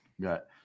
Got